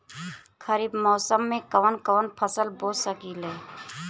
खरिफ मौसम में कवन कवन फसल बो सकि ले?